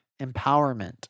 empowerment